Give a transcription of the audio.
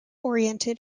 oriented